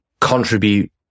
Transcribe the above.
contribute